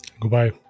Goodbye